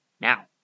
Now